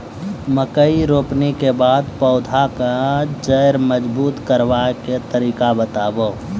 मकय रोपनी के बाद पौधाक जैर मजबूत करबा के तरीका बताऊ?